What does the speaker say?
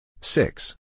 Six